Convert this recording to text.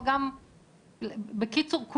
בקיצור,